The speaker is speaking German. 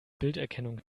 bilderkennung